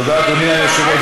תודה, אדוני היושב-ראש.